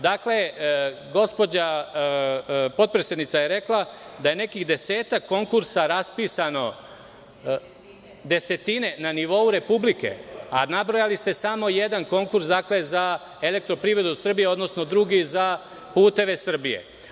Dakle, gospođa potpredsednica je rekla da je nekih desetak konkursa raspisano desetine, na nivou Republike, a nabrojali ste samo jedan konkurs, dakle za Elektroprivredu Srbije, odnosno drugi za puteve Srbije.